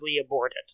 aborted